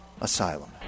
asylum